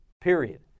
period